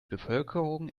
bevölkerung